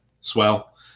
Swell